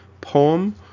poem